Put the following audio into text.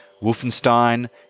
Wolfenstein